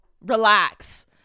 Relax